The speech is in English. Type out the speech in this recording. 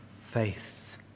faith